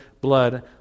blood